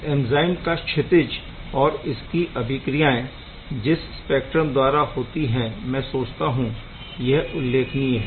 इस ऐंज़ाइम का क्षितिज और इसकी अभिक्रियाएं जिस स्पेक्ट्रा द्वारा होती है मैं सोचता हूँ यह उल्लेखनीय है